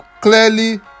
clearly